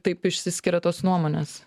taip išsiskiria tos nuomonės